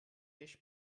fish